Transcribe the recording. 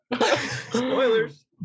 Spoilers